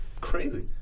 Crazy